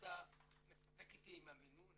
מה אתה משחק איתי עם המינון?